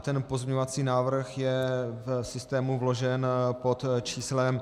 Ten pozměňovací návrh je v systému vložen pod číslem 5373.